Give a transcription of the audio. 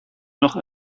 noch